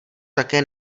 také